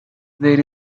there